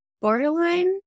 Borderline